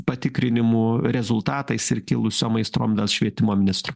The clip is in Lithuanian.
patikrinimo rezultatais ir kilusiom aistrom dėl švietimo ministro